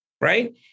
right